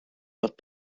but